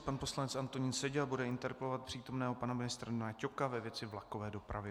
Pan poslanec Antonín Seďa bude interpelovat přítomného pana ministra Dana Ťoka ve věci vlakové dopravy.